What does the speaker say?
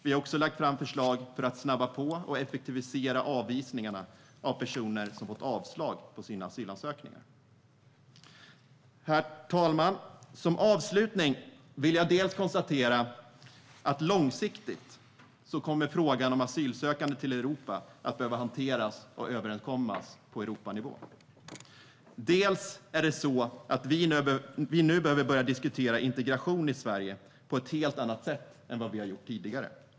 Vi har också lagt fram förslag för att snabba på och effektivisera avvisningarna av personer som har fått avslag på sina asylansökningar. Herr talman! Som avslutning vill jag konstatera att långsiktigt kommer frågan om asylsökande till Europa behöva hanteras på Europanivå. Nu behöver vi börja diskutera integration i Sverige på ett helt annat sätt än vad vi har gjort tidigare.